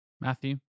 Matthew